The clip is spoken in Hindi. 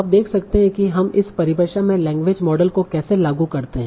आप देख सकते हैं कि हम इस परिभाषा में लैंग्वेज मॉडल को कैसे लागू करते हैं